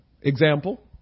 Example